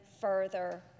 further